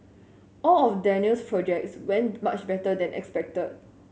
all of Daniel's projects went much better than expected